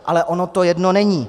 Ale ono to jedno není.